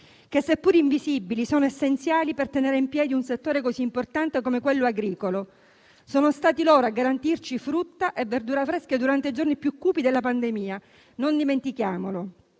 che seppur invisibili sono essenziali per tenere in piedi un settore così importante come quello agricolo. Sono stati loro a garantirci frutta e verdura fresche durante i giorni più cupi della pandemia, non dimentichiamolo.